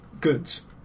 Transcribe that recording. goods